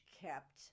kept